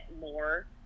more